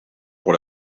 pour